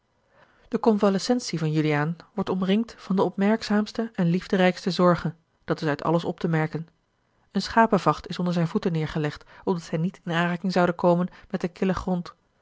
de convalescentie van juliaan wordt omringd van de opmerkzaamste en liefderijkste zorge dat is uit alles op te merken een schapenvacht is onder zijne voeten neêrgelegd opdat zij niet in aanraking zouden komen met den killen grond